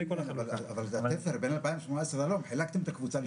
זה כל --- אבל התפר בין 2018 --- חילקתם את הקבוצה לשתיים.